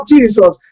Jesus